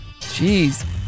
Jeez